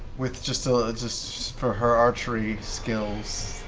with just a just for her archery skills.